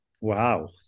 Wow